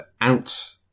out